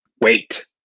Wait